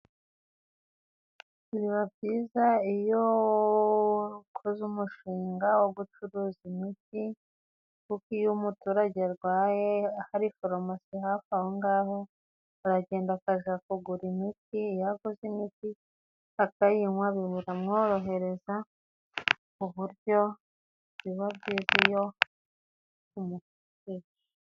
Biba byiza iyo ukoze umushinga wo gucuruza imiti. Kuko iyo umuturage arwaye hari farumasi hafi aho ngaho aragenda akaja kugura imiti, iyo aguze imiti akayinywa biramworohereza, kuburyo biba byiza iyo umufite.